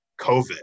COVID